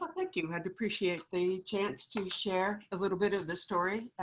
um thank you. i'd appreciate a chance to share a little bit of this story